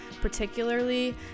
particularly